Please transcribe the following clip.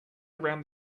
around